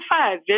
five